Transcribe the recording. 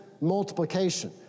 multiplication